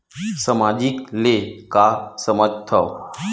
सामाजिक ले का समझ थाव?